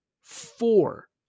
four